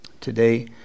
Today